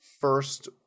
first